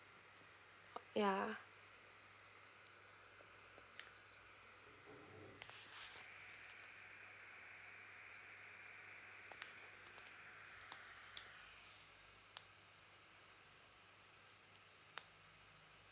ya